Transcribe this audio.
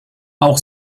auch